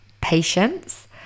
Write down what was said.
patience